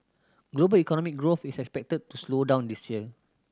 global economic growth is expected to slow down this year